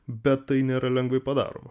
bet tai nėra lengvai padaroma